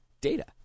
data